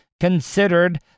considered